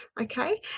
Okay